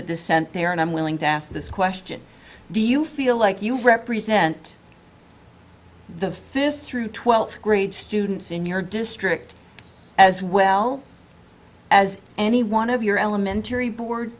dissent there and i'm willing to ask this question do you feel like you represent the fifth through twelfth grade students in your district as well as any one of your elementary board